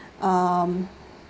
uh